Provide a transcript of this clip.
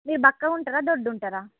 మీరు బక్కగా ఉంటారా దొడ్డు ఉంటారా